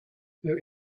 her